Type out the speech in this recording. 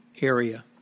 area